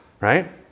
right